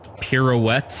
pirouette